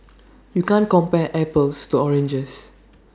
you can't compare apples to oranges